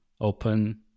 open